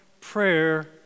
prayer